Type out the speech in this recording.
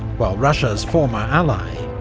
whilst russia's former ally,